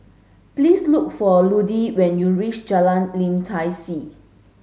please look for Ludie when you reach Jalan Lim Tai See